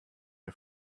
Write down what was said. are